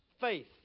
faith